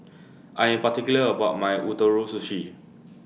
I Am particular about My Ootoro Sushi